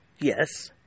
Yes